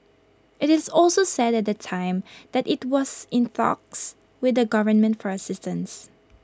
IT is also said at the time that IT was in talks with the government for assistance